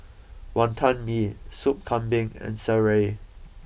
Wonton Mee Soup Kambing and Sireh